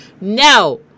No